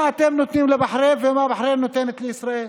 מה אתם נותנים לבחריין ומה בחריין נותנת לישראל?